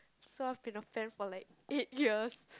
so I have been of fan for like eight years